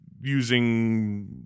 using